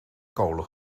kolen